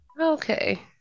Okay